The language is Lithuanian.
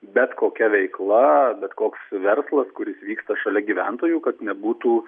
bet kokia veikla bet koks verslas kuris vyksta šalia gyventojų kad nebūtų